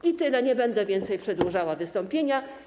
I tyle, nie będę więcej przedłużała wystąpienia.